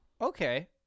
Okay